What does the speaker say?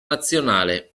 nazionale